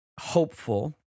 hopeful